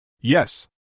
Yes